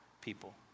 people